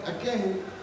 again